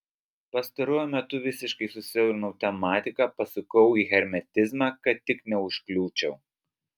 pastaruoju metu visiškai susiaurinau tematiką pasukau į hermetizmą kad tik neužkliūčiau